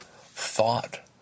thought